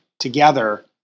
together